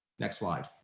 next slide.